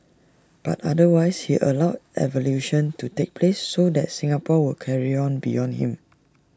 but otherwise he allowed evolution to take place so that Singapore would carry on beyond him